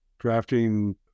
drafting